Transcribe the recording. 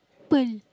pearl